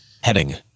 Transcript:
heading